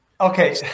Okay